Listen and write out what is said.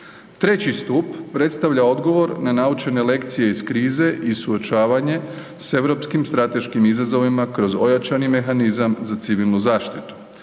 Treći stup predstavlja odgovor na naučene lekcije iz krize i suočavanje s europskim strateškim izazovima kroz ojačani mehanizam za civilnu zaštitu